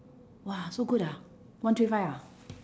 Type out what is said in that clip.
!wah! so good ah one three five ah